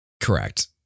Correct